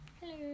Hello